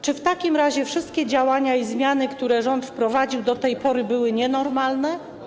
Czy w takim razie wszystkie działania i zmiany, które rząd wprowadził do tej pory, były nienormalne?